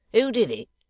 who did it?